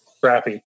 crappy